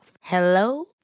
Hello